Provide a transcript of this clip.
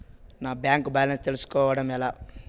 నా bank balance తెలుస్కోవడం ఎలా?